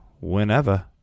whenever